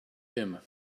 him